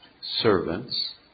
servants